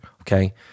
okay